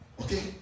Okay